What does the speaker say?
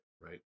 right